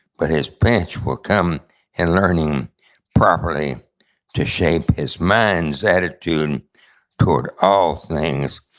but his pinch will come in learning properly to shape his mind's attitude toward all things,